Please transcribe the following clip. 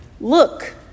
Look